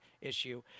issue